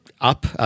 Up